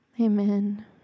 amen